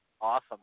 Awesome